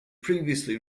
previously